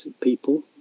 people